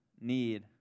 need